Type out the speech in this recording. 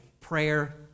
prayer